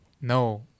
no